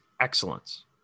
excellence